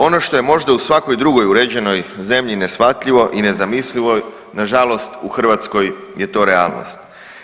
Ono što je možda u svakoj drugoj uređenoj zemlji neshvatljivo i nezamislivo nažalost u Hrvatskoj je to realnost.